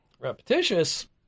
Repetitious